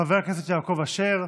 חבר הכנסת יעקב אשר,